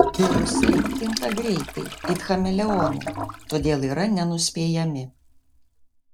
virusai kinta greitai it chameleonai todėl yra nenuspėjami